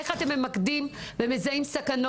איך אתם מזהים סכנות,